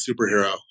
superhero